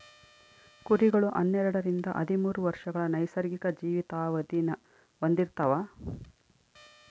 ಕುರಿಗಳು ಹನ್ನೆರಡರಿಂದ ಹದಿಮೂರು ವರ್ಷಗಳ ನೈಸರ್ಗಿಕ ಜೀವಿತಾವಧಿನ ಹೊಂದಿರ್ತವ